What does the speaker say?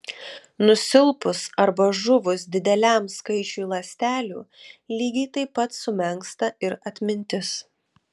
nusilpus arba žuvus dideliam skaičiui ląstelių lygiai taip pat sumenksta ir atmintis